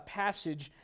passage